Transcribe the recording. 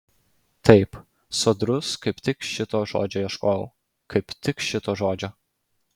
taip sodrus kaip tik šito žodžio ieškojau kaip tik šito žodžio